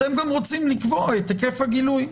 אתם גם רוצים לקבוע את היקף הגילוי,